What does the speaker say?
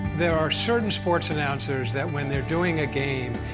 there are certain sports announcers that when they're doing a game,